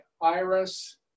iris